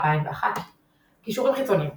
2001 קישורים חיצוניים